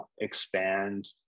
expand